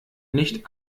nicht